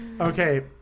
Okay